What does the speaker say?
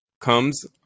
comes